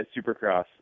supercross